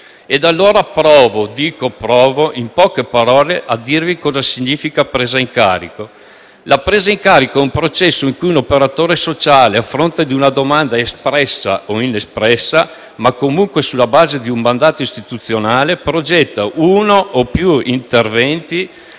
E allora provo - dico: «provo» - in poche parole a dirvi cosa significa presa in carico. La presa in carico è un processo in cui un operatore sociale, a fronte di una domanda espressa o inespressa ma comunque sulla base di un mandato istituzionale, progetta uno o più interventi